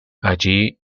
allí